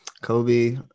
Kobe